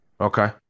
Okay